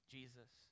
Jesus